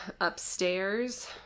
upstairs